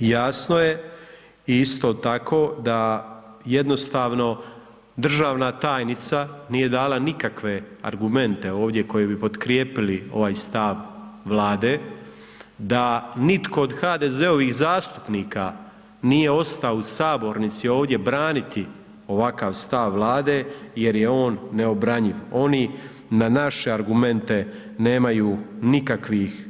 Jasno je isto tako da jednostavno državna tajnica nije dala nikakve argumente ovdje koji bi potkrijepili ovaj stav Vlade da nitko od HDZ-ovih zastupnika nije ostao u sabornici ovdje braniti ovakav stav Vlade, jer je on neobranjiv, oni na naše argumente nemaju nikakvih